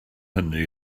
hynny